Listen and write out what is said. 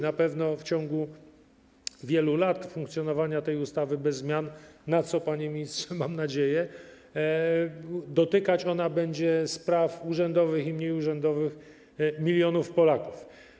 Na pewno w ciągu wielu lat funkcjonowania bez zmian, na co, panie ministrze, mam nadzieję, ta ustawa dotykać będzie spraw urzędowych i mniej urzędowych milionów Polaków.